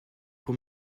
pour